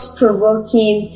provoking